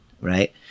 right